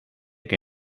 que